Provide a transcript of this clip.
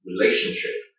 relationship